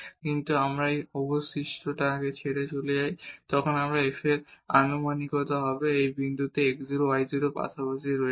কিন্তু যদি আমরা এই অবশিষ্টাংশটি ছেড়ে যাই তাহলে এটি এই f এর আনুমানিকতা হবে এই বিন্দুতে যেখানে এই x 0 y 0 বিন্দুর আশেপাশে রয়েছে